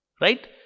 Right